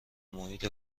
محیط